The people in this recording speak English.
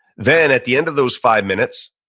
then at the end of those five minutes,